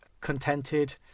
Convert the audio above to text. contented